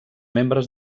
membres